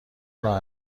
راه